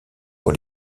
pour